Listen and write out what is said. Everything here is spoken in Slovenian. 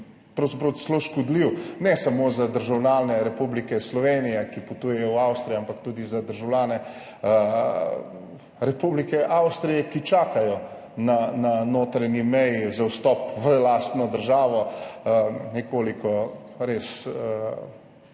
pravzaprav celo škodljiv ne samo za državljane Republike Slovenije, ki potujejo v Avstrijo, ampak tudi za državljane Republike Avstrije, ki čakajo na notranji meji za vstop v lastno državo. Nekoliko me